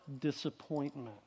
disappointment